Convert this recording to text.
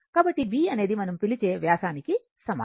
కాబట్టి b అనేది మనం పిలిచే వ్యాసానికి సమానం